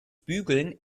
bügeln